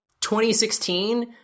2016